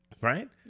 Right